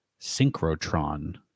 synchrotron